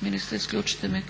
Josip (HDSSB)**